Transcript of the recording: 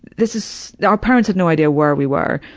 this is our parents had no idea where we were.